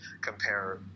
compare